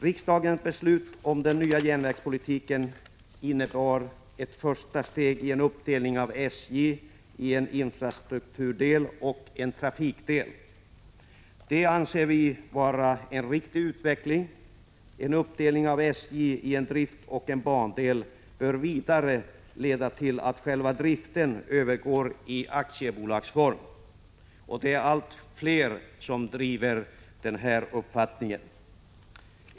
Riksdagens beslut om den nya järnvägspolitiken innebar ett första steg i en uppdelning av SJ i en infrastrukturdel och en trafikdel. Det anser vi vara en riktig utveckling. En uppdelning av SJ i en driftoch en bandel bör vidare leda till att själva driften övergår i aktiebolagsform. Det är allt fler som hävdar denna uppfattning.